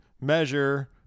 measure